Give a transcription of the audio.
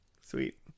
Sweet